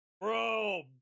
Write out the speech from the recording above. Bro